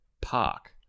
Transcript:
park